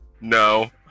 No